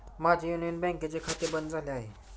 माझे युनियन बँकेचे खाते बंद झाले आहे